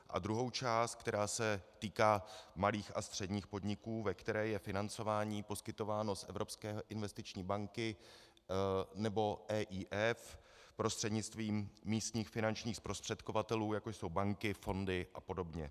A druhou část, která se týká malých a středních podniků, ve které je financování poskytováno z Evropské investiční banky nebo EIF prostřednictvím místních finančních zprostředkovatelů jako jsou banky, fondy apod.